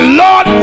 lord